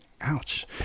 ouch